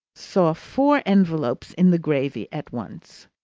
saw four envelopes in the gravy at once.